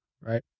right